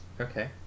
Okay